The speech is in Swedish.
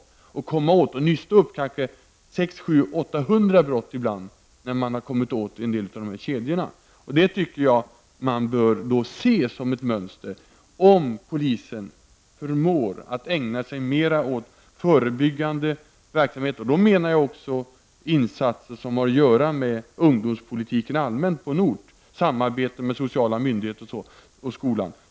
Polisen kan komma åt och nysta upp kanske 600, 700, ibland 800 brott, när man har kommit åt en del av kedjorna. Jag tycker att man bör se det som ett mönster om polisen förmår att ägna sig mer åt förebyggande verksamhet. Med det menar jag även sådana insatser som allmänt har att göra med ungdomspolitiken såsom samarbete med sociala myndigheter, skola etc.